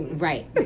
Right